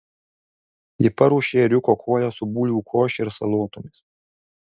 ji paruošė ėriuko koją su bulvių koše ir salotomis